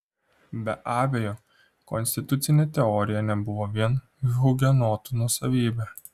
be abejo konstitucinė teorija nebuvo vien hugenotų nuosavybė